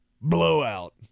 blowout